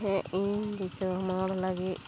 ᱦᱮᱸ ᱤᱧ ᱫᱤᱥᱚᱢ ᱦᱚᱲ ᱞᱟᱹᱜᱤᱫ